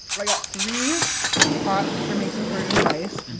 i got three pots for making persian rice,